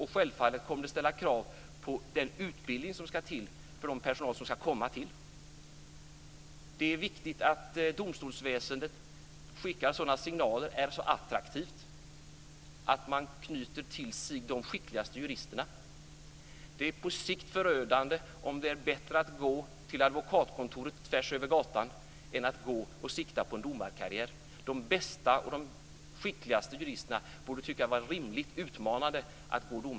Och självfallet kommer det att ställa krav på den utbildning som ska till för den kommande personalen. Det är viktigt att domstolsväsendet skickar sådana signaler och är så attraktivt att man knyter till sig de skickligaste juristerna. Det är på sikt förödande om det är bättre att gå till advokatkontoret tvärs över gatan än att sikta på en domarkarriär.